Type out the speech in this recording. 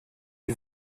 die